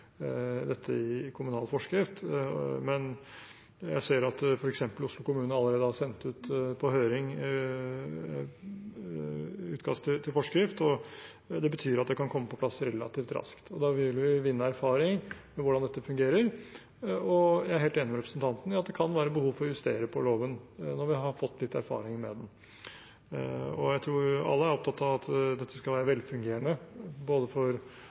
dette i kommunal forskrift. Jeg ser at f.eks. Oslo kommune allerede har sendt ut på høring utkast til forskrift, og det betyr at det kan komme på plass relativt raskt. Da vil vi vinne erfaring med hvordan dette fungerer. Jeg er helt enig med representanten i at det kan være behov for å justere på loven når vi har fått litt erfaring med den. Jeg tror vi alle er opptatt av at dette skal være velfungerende både for brukerne, for kommunen og for tilbyderne, og da kan det absolutt være behov for